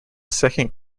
second